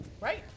Right